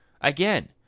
Again